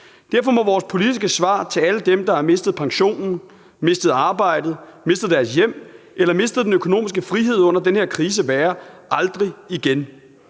Derfor må vores politiske svar til alle dem, der har mistet pensionen, mistet arbejdet, mistet deres hjem eller mistet den økonomiske frihed under den her krise, være: Aldrig igen!